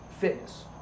fitness